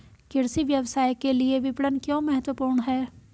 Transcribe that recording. कृषि व्यवसाय के लिए विपणन क्यों महत्वपूर्ण है?